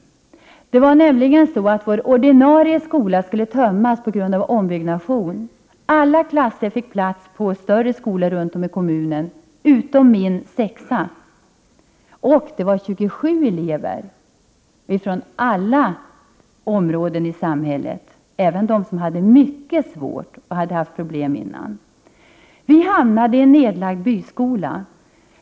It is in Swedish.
Det var nämligen så att vår ordinarie skola skulle tömmas helt på grund av ombyggnation. Alla klasser fick plats på större skolor runt om i kommunen, utom min sexa med 27 elever från alla områden i samhället, även de som haft mycket svåra problem tidigare. Vi hamnade i en nedlagd byskola.